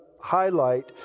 highlight